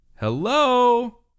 Hello